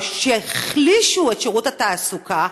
שהחלישו את שירות התעסוקה,